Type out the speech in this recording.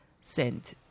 sent